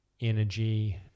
energy